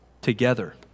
together